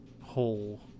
whole